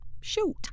shoot